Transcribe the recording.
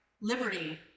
liberty